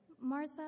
Martha